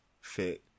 fit